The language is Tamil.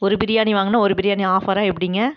ஒரு பிரியாணி வாங்கினா ஒரு பிரியாணி ஆஃபரா எப்படிங்க